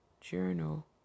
Journal